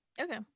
Okay